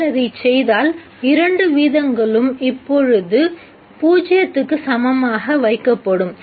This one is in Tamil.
நீங்கள் அதைச் செய்தால் இரண்டு வீதங்களும் இப்பொழுது க்கு சமமாக வைக்கப்படும்